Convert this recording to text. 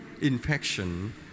infection